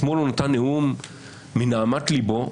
אתמול הוא נתן נאום מנהמת ליבו.